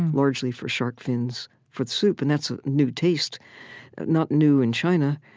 largely for shark fins for the soup. and that's a new taste not new in china,